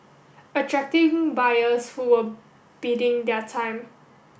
attracting buyers who were biding their time